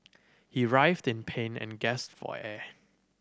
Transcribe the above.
he writhed in pain and gasped for air